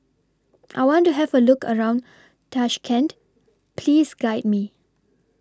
I want to Have A Look around Tashkent Please Guide Me